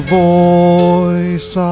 voice